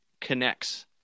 connects